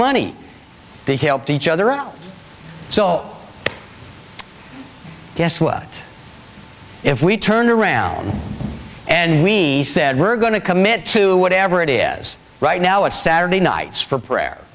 money they helped each other out so yes what if we turned around and we said we're going to commit to whatever it is right now it's saturday nights for prayer